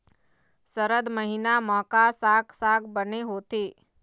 सरद महीना म का साक साग बने होथे?